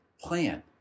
plan